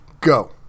go